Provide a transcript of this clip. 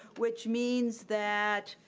which means that